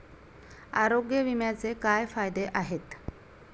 आरोग्य विम्याचे काय फायदे आहेत?